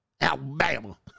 Alabama